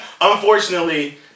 unfortunately